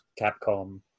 Capcom